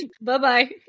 Bye-bye